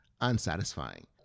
unsatisfying